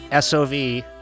SOV